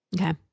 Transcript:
Okay